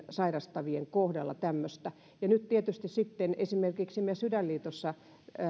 sairastavien kohdalla nyt tietysti sitten esimerkiksi me sydänliitossa